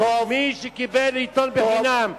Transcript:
מי שקיבל עיתון בחינם,